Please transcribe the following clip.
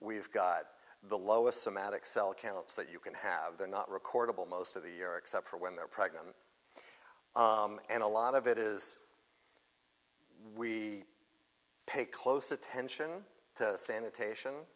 we've got the lowest somatic cell counts that you can have they're not recordable most of the year except for when they're pregnant and a lot of it is we pay close attention to sanitation